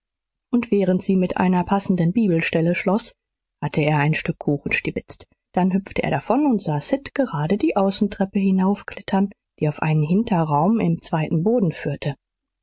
und während sie mit einer passenden bibelstelle schloß hatte er ein stück kuchen stibitzt dann hüpfte er davon und sah sid gerade die außentreppe hinaufklettern die auf einen hinterraum im zweiten boden führte